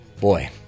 Boy